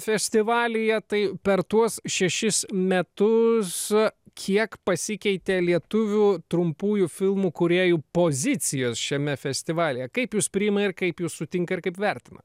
festivalyje tai per tuos šešis metus kiek pasikeitė lietuvių trumpųjų filmų kūrėjų pozicijos šiame festivalyje kaip jus priima ir kaip jus sutinka ir kaip vertina